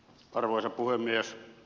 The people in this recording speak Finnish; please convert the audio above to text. arvoisa puhemies